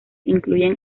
incluyen